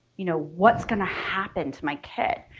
you know what's gonna happen to my kid?